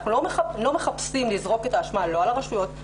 אנחנו לא מחפשים לזרוק את האשמה על הרשויות,